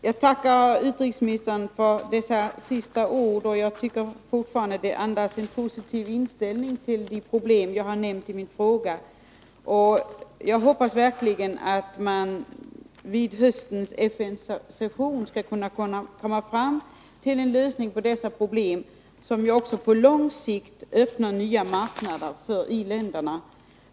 Herr talman! Jag tackar utrikesministern för hans senaste inlägg. Jag tycker fortfarande att det han säger andas en positiv inställning till de problem som jag har nämnt i min fråga. Jag hoppas verkligen att man vid att lindra hunger höstens FN-session skall kunna komma fram till en lösning på dessa problem som också på lång sikt öppnar nya marknader för i-länderna.